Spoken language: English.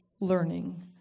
learning